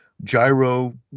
gyro